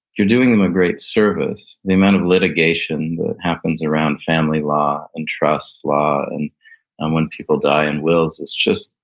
you're doing them a great service. the amount of litigation that happens around family law and trust law and and when people die and wills is just,